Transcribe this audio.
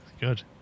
good